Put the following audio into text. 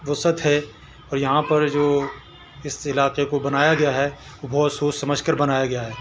وسعت ہے اور یہاں پر جو اس علاقے کو بنایا گیا ہے بہت سوچ سمجھ کر بنایا گیا ہے